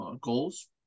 goals